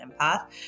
empath